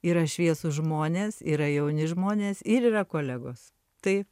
yra šviesūs žmonės yra jauni žmonės ir yra kolegos tai